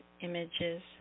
images